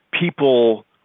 people